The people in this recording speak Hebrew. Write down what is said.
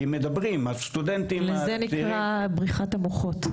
ואם מדברים על סטודנטים צעירים --- זה נקרא בריחת המוחות.